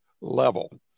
level